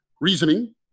reasoning